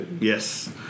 Yes